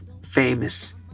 famous